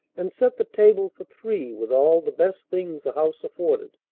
and set the table for three with all the best things the house afforded.